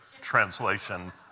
translation